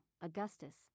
Augustus